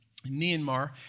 Myanmar